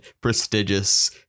prestigious